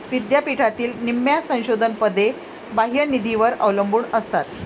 विद्यापीठातील निम्म्या संशोधन पदे बाह्य निधीवर अवलंबून असतात